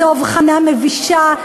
זו הבחנה מבישה,